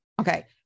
Okay